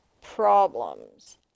...problems